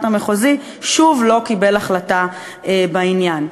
המחוזי שוב לא קיבל החלטה בעניין.